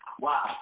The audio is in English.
wow